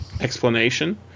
explanation